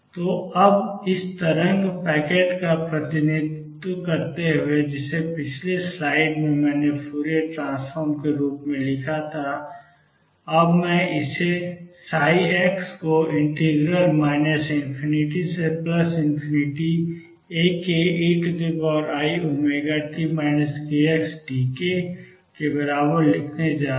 तो अब इस तरंग पैकेट का प्रतिनिधित्व करते हुए जिसे पिछली स्लाइड में मैंने फूरियर ट्रांसफॉर्म के रूप में लिखा था और मैं इस ψ को ∞ Akeiωt kxdk के बराबर लिखने जा रहा हूं